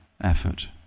effort